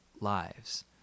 lives